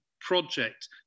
project